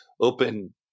open